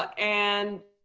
but and